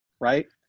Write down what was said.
right